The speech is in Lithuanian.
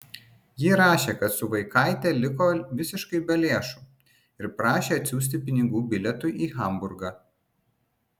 ji rašė kad su vaikaite liko visiškai be lėšų ir prašė atsiųsti pinigų bilietui į hamburgą